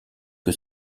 que